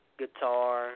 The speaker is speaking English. guitar